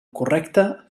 correcte